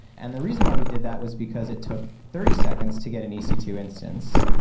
and the reason why we did that was because it took thirty seconds to get an e c two instance,